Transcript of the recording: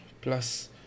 plus